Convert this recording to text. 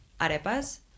arepas